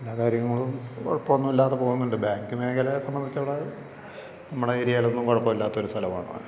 എല്ലാ കാര്യങ്ങളും കുഴപ്പമൊന്നുല്ലാതെ പോകുന്നുണ്ട് ബാങ്ക് മേഖലയെ സംബന്ധിച്ചിവിടെ നമ്മുടെ ഏരിയയിലൊന്നും കുഴപ്പമില്ലാത്ത സ്ഥലമാണ്